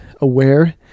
aware